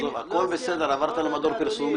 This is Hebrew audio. לא סיימתי.